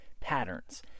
patterns